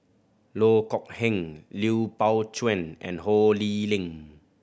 Loh Kok Heng Lui Pao Chuen and Ho Lee Ling